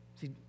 See